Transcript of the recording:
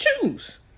choose